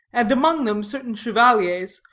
and among them certain chevaliers,